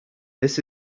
this